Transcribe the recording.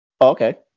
Okay